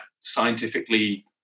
scientifically